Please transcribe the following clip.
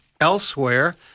elsewhere